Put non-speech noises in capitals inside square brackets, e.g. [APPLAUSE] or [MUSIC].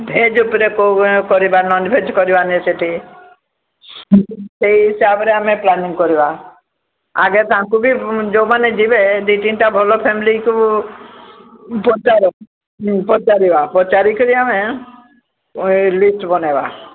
veg ଉପରେ କୋଉ କରିବା ନନ୍ ଭେଜ୍ କରିବାନି ସେଠି [UNINTELLIGIBLE] ସେହି ହିସାବରେ ଆମେ ପ୍ଲାନିଂ କରିବା ଆଗେ ତାଙ୍କୁ ବି ଯୋଉମାନେ ଯିବେ ଦୁଇ ତିନିଟା ଭଲ ଫ୍ୟାମିଲିକୁ ପଚାର ପଚାରିବା ପଚାରିକି ଆମେ ଲିଷ୍ଟ୍ ବନାଇବା